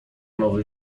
nowy